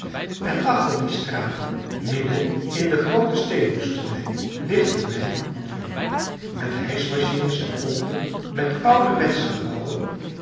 en achter die straten midden in de groote steenwoestenij ligt de mijn van falun met hijschmachines en pompen met ouderwetsche gebouwen